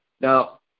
Now